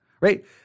right